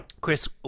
Chris